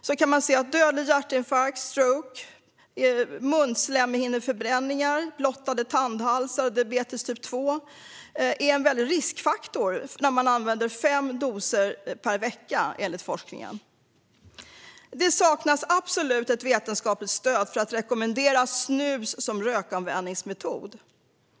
Forskningen visar att dödlig hjärtinfarkt, stroke, munslemhinneförbränningar, blottade tandhalsar och diabetes typ 2 är stora riskfaktorer för dem som använder fem dosor per vecka. Det är vad forskningen säger. Det saknas absolut ett vetenskapligt stöd för att rekommendera snus som rökavvänjningsmetod.